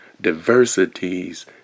diversities